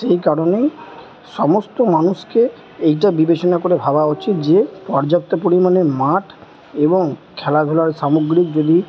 সেই কারণেই সমস্ত মানুষকে এইটা বিবেচনা করে ভাবা উচিত যে পর্যাপ্ত পরিমাণে মাঠ এবং খেলাধুলার সামগ্রী যদি